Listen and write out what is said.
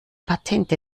patente